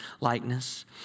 likeness